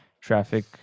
traffic